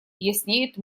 яснеет